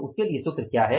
तो उसके लिए सूत्र क्या है